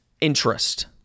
interest